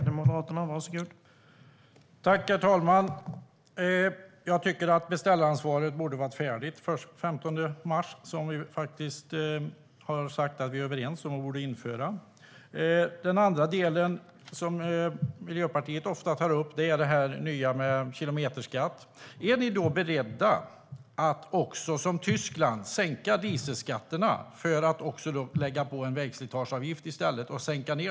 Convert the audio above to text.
Herr talman! Jag tycker att uppdraget om beställaransvaret borde ha varit färdigt den 15 mars. Vi har sagt att vi är överens om det här och borde införa det. Miljöpartiet tar ofta upp det här nya med kilometerskatt. Är ni då beredda att också, som Tyskland har gjort, sänka dieselskatterna för att lägga på en vägslitageavgift i stället?